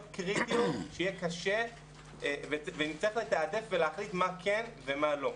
קריטיות ונצטרך לתעדף ולהחליט מה כן ומה לא.